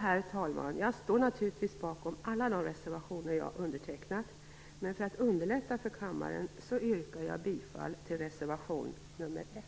Herr talman! Jag står naturligtvis bakom alla de reservationer jag undertecknat, men för att underlätta för kammaren yrkar jag bara bifall till reservation nr 1